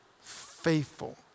faithful